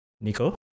Nico